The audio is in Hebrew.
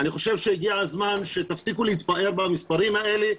אני חושב שהגיע הזמן שתפסיקו להתפאר במספרים האלה.